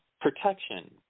protection